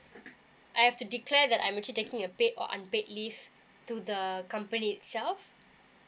I have to declare that I'm actually taking a paid or unpaid leave to the company itself